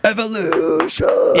Evolution